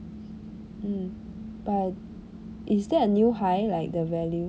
mm but is that a new high like the value